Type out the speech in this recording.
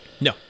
No